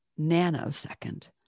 nanosecond